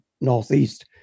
northeast